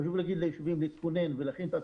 חשוב להגיד ליישובים להתכונן ולהכין את עצמם.